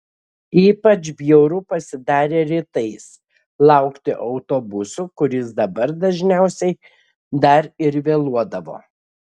ypač bjauru pasidarė rytais laukti autobuso kuris dabar dažniausiai dar ir vėluodavo